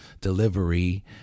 delivery